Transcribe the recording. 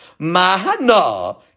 Mahana